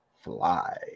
fly